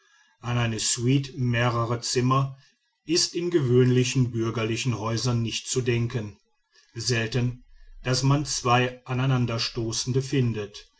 an eine suite mehrerer zimmer ist in gewöhnlichen bürgerlichen häusern nicht zu denken selten daß man zwei aneinanderstoßende findet